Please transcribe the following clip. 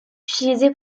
utilisé